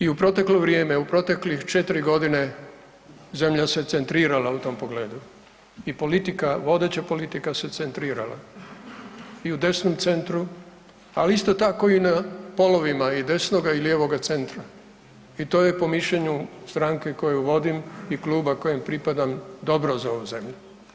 I u proteklo vrijeme, u proteklih 4.g. zemlja se centrirala u tom pogledu i politika, vodeća politika se centrirala i u desnom centru, ali isto tako i na polovima i desnoga i lijevoga centra i to je po mišljenju stranke koju vodim i kluba kojem pripadam dobro za ovu zemlju.